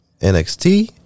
NXT